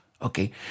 Okay